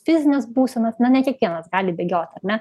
fizines būsenas na ne kiekvienas gali bėgiot ar ne